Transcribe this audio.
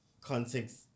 context